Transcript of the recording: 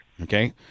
Okay